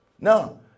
No